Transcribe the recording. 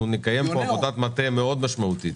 נקיים עבודת מטה מאוד משמעותית